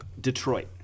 Detroit